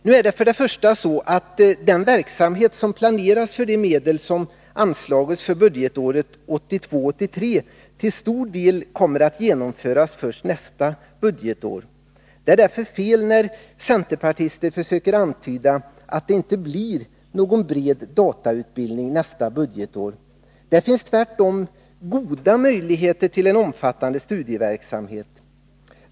Nu är det till att börja med så att den verksamhet som planerats för de medel som anslagits för budgetåret 1982/83 till stor del kommer att genomföras först nästa budgetår. Det är därför fel, som centerpartister försöker antyda, att det inte blir någon bred datautbildning nästa budgetår. Det finns tvärtom goda möjligheter till en omfattande studieverksamhet.